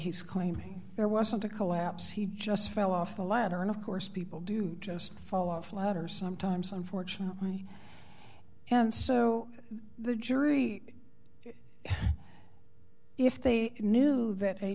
he's claiming there wasn't a collapse he just fell off a ladder and of course people do just fall off a ladder sometimes unfortunately and so the jury if they knew that a